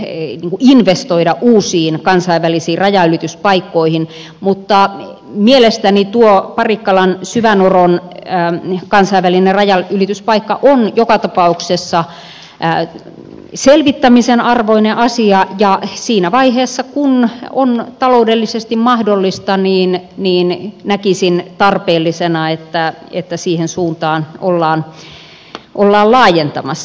he investoida uusiin kansainvälisiin rajanylityspaikkoihin mutta mielestäni tuo parikkala syväoron kansainvälinen rajanylityspaikka on joka tapauksessa selvittämisen arvoinen asia ja siinä vaiheessa kun on taloudellisesti mahdollista niin näkisin tarpeellisena että siihen suuntaan ollaan laajentamassa